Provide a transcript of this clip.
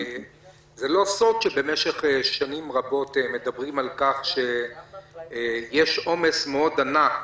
אין זה סוד שבמשך שנים רבות מדברים על כך שיש עומס ענק